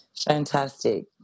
fantastic